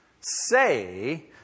say